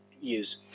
use